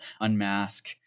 Unmask